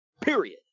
Period